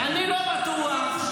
איזו בושה זאת --- אני לא בטוח --- מה,